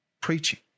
preaching